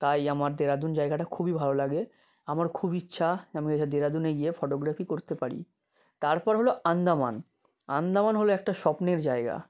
তাই আমার দেরাদুন জায়গাটা খুবই ভালো লাগে আমার খুব ইচ্ছা যে আমি যাতে দেরাদুনে গিয়ে ফটোগ্রাফি করতে পারি তারপর হলো আন্দামান আন্দামান হলো একটা স্বপ্নের জায়গা